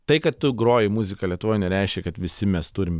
tai kad tu groji muziką lietuvoj nereiškia kad visi mes turim